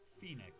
Phoenix